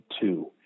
two